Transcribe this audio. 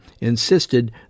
insisted